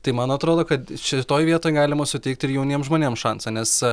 tai man atrodo kad šitoj vietoj galima suteikti ir jauniem žmonėm šansą nes